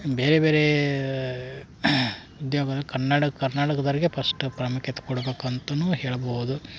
ಬೇರೆ ಬೇರೆ ಉದ್ಯೋಗಲಿ ಕನ್ನಡ ಕರ್ನಾಟಕದರಿಗೆ ಪಶ್ಟ್ ಪ್ರಾಮುಖ್ಯತೆ ಕೊಡಬೇಕು ಅಂತನೂ ಹೇಳಬೌದು